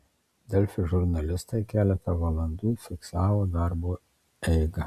delfi žurnalistai keletą valandų fiksavo darbų eigą